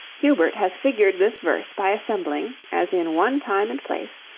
hubert has figured this verse by assembling, as in one time and place,